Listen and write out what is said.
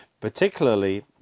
particularly